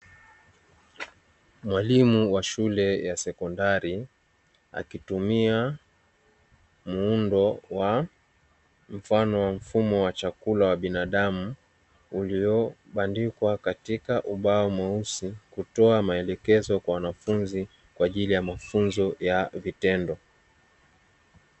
Mwalimu wa shule ya sekondari, akitumia muundo wa mfano wa mfumo wa chakula wa binadamu, uliobandikwa katika ubao mweusi kutoa maelekezo kwa wanafunzi kwa ajili ya mafunzo ya vitendo.